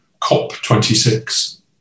COP26